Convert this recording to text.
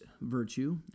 virtue